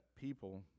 people